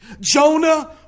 Jonah